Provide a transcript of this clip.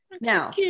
Now